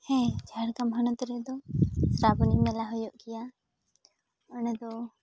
ᱦᱮᱸ ᱡᱷᱟᱲᱜᱨᱟᱢ ᱦᱚᱱᱚᱛ ᱨᱮᱫᱚ ᱥᱨᱟᱵᱚᱱᱤ ᱢᱮᱞᱟ ᱦᱩᱭᱩᱜ ᱜᱮᱭᱟ ᱚᱱᱟ ᱫᱚ